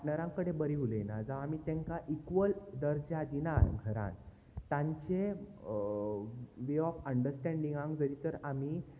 पार्टनरां कडे बरी उलयना जावं आमी तेंकां इक्वल दर्जा दिना घरान तांचे वे ऑफ अंडरस्टेंडिंगांक जरी तर आमी